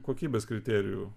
kokybės kriterijų